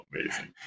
Amazing